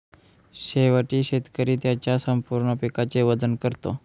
शेवटी शेतकरी त्याच्या संपूर्ण पिकाचे वजन करतो